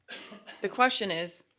the question is